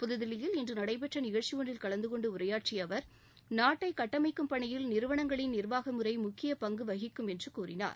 புதுதில்லியில் இன்று நடைபெற்ற நிகழ்ச்சி ஒன்றில் கலந்து கொண்டு உரையாற்றிய அவர் நாட்டை கட்டமைக்கும் பணியில் நிறுவனங்களின் நிர்வாக முறை முக்கிய பங்கு வகிக்கும் என்று கூறினார்